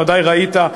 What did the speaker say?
ודאי ראית,